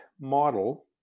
model